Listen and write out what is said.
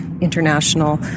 international